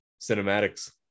cinematics